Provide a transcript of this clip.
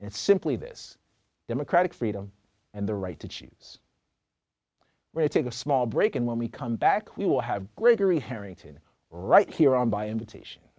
it's simply this democratic freedom and the right to choose where to take a small break and when we come back we will have gregory harrington right here on by invitation